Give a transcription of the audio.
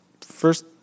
first